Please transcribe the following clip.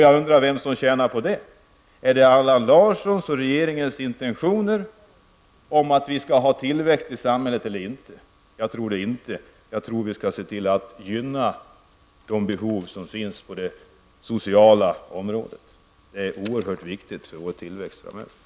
Jag undrar vem som tjänar på det? Är det Allan Larssons och regeringens intentioner att vi skall ha tillväxt i samhället eller inte? Jag tror inte på Allan Larssons politik. Jag tror att vi måste se till att uppfylla de behov som finns på det sociala området. Det är oerhört viktigt för vår tillväxt framöver.